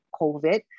COVID